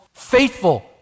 faithful